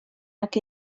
nag